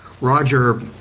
Roger